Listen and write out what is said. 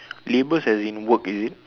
labours as in work is it